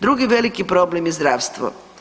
Drugi veliki problem je zdravstvo.